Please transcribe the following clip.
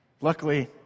Luckily